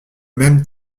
même